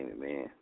man